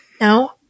No